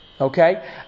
Okay